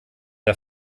der